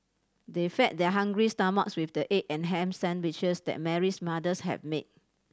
they fed their hungry stomachs with the egg and ham sandwiches that Mary's mothers had made